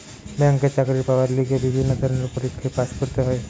ব্যাংকে চাকরি পাবার লিগে বিভিন্ন ধরণের পরীক্ষায় পাস্ করতে হয়